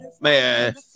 Man